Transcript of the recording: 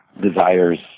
desires